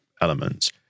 elements